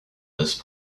those